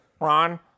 Ron